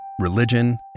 religion